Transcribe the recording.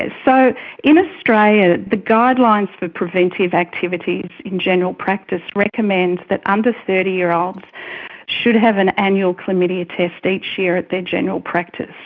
ah so in australia the guidelines for preventive activities in general practice recommend that under thirty year olds should have an annual chlamydia test each year at their general practice.